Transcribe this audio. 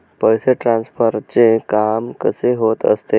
पैसे ट्रान्सफरचे काम कसे होत असते?